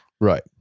Right